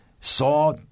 Saw